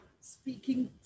speaking